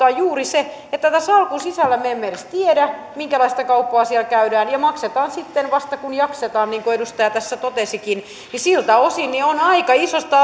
on juuri se että me emme edes tiedä minkälaista kauppaa siellä salkun sisällä käydään ja että maksetaan sitten vasta kun jaksetaan niin kuin edustaja tässä totesikin siltä osin on aika isosta